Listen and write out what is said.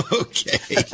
Okay